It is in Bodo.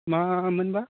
मामोन बा